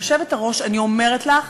היושבת-ראש, אני אומרת לך,